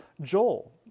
Joel